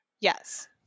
Yes